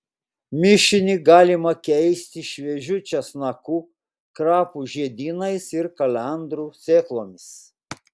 mišinį galima keisti šviežiu česnaku krapų žiedynais ir kalendrų sėklomis